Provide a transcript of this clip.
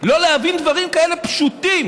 לא להבין דברים כאלה פשוטים,